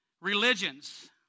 religions